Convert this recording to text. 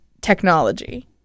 technology